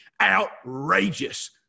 Outrageous